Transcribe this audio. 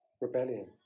rebellion